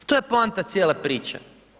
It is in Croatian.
To je poanata cijele priče.